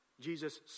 Jesus